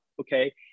okay